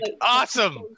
Awesome